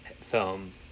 film